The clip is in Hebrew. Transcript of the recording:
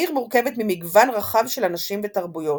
העיר מורכבת ממגוון רחב של אנשים ותרבויות,